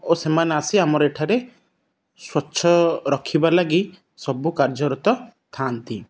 ଓ ସେମାନେ ଆସି ଆମର ଏଠାରେ ସ୍ୱଚ୍ଛ ରଖିବା ଲାଗି ସବୁ କାର୍ଯ୍ୟରତ ଥାଆନ୍ତି